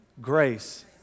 Grace